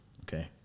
okay